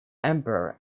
emperor